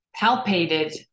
palpated